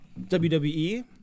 WWE